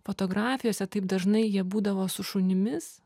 fotografijose taip dažnai jie būdavo su šunimis